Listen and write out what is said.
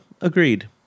Agreed